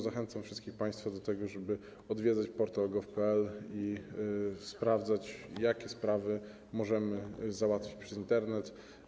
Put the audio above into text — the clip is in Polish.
Zachęcam wszystkich państwa do tego, żeby odwiedzać portal gov.pl i sprawdzać, jakie sprawy możemy załatwić przez Internet.